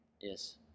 Yes